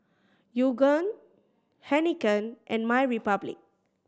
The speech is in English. Yoogane Heinekein and MyRepublic